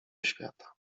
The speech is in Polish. świata